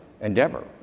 endeavor